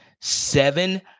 seven